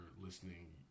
listening